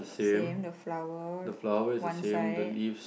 same the flower one side